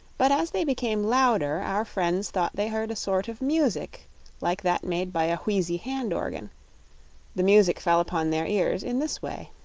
but as they became louder our friends thought they heard a sort of music like that made by a wheezy hand-organ the music fell upon their ears in this way